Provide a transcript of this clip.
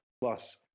plus